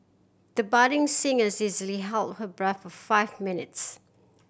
the budding singer is easily held her breath for five minutes